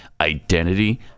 identity